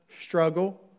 struggle